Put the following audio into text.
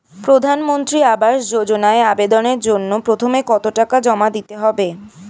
প্রধানমন্ত্রী আবাস যোজনায় আবেদনের জন্য প্রথমে কত টাকা জমা দিতে হবে?